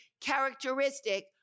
characteristic